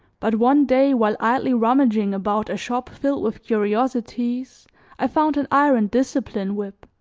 but one day while idly rummaging about a shop filled with curiosities i found an iron discipline whip,